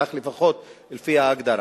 כך לפחות לפי ההגדרה,